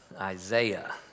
Isaiah